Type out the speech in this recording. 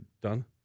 done